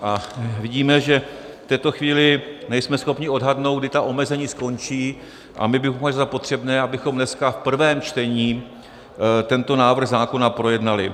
A vidíme, že v této chvíli nejsme schopni odhadnout, kdy ta omezení skončí, a my bychom měli za potřebné, abychom dneska v prvém čtení tento návrh zákona projednali.